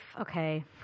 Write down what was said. okay